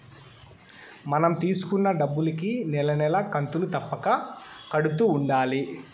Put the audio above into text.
మనం తీసుకున్న డబ్బులుకి నెల నెలా కంతులు తప్పక కడుతూ ఉండాలి